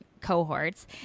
cohorts